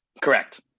Correct